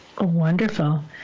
wonderful